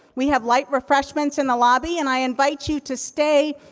we have light refreshments in the lobby, and i invite you to stay,